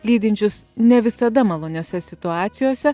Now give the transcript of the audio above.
lydinčius ne visada maloniose situacijose